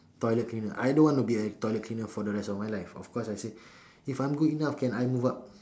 toilet cleaner I don't want to be a toilet cleaner for the rest of my life of course I say if I'm good enough can I move up